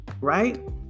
right